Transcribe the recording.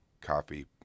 coffee